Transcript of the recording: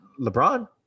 LeBron